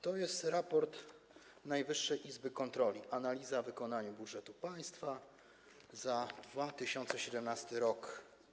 To jest raport Najwyższej Izby Kontroli, analiza wykonania budżetu państwa za 2017 r.